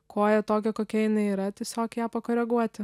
koją tokią kokia jinai yra tiesiog ją pakoreguoti